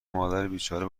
مادربیچاره